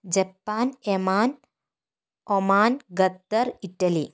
Japan Yemen Oman Qatar Italy